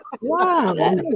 Wow